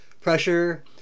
pressure